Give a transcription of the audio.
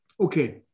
Okay